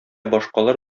башкалар